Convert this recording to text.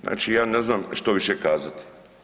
Znači ja ne znam što više kazati.